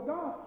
God